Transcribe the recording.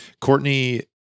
Courtney